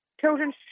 Children